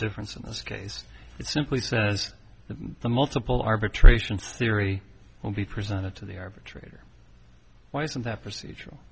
difference in this case it simply says that the multiple arbitration theory will be presented to the arbitrator why isn't that procedural